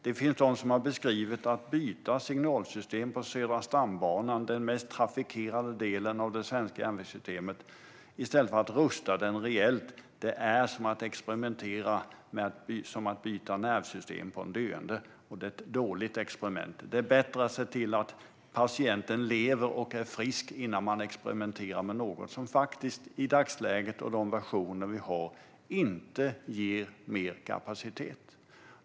Det finns de som har beskrivit det så här: Att byta signalsystem på Södra stambanan, den mest trafikerade delen av det svenska järnvägssystemet, i stället för att rusta den rejält vore som att experimentera genom att byta nervsystem på en döende. Det är ett dåligt experiment. Det är bättre att se till att patienten lever och är frisk innan man experimenterar med något som i dagsläget, med de versioner vi har, faktiskt inte ger mer kapacitet.